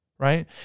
Right